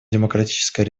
демократическая